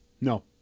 no